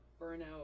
burnout